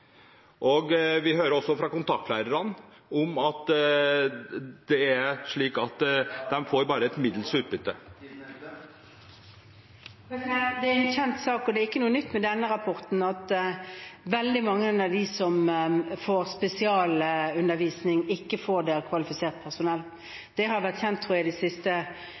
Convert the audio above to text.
Vi hører også fra kontaktlærerne at det er slik at de får bare et middels utbytte. Det er en kjent sak, og det er ikke noe nytt med denne rapporten, at veldig mange av dem som får spesialundervisning, ikke får det av kvalifisert personell. Det har vært kjent, tror jeg, de siste